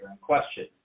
question